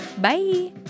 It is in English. bye